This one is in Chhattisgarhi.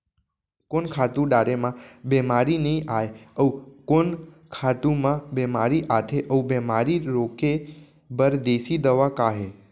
कोन खातू डारे म बेमारी नई आये, अऊ कोन खातू म बेमारी आथे अऊ बेमारी रोके बर देसी दवा का हे?